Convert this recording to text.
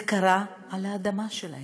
זה קרה על האדמה שלהם.